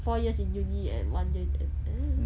four years in uni and one year in N_S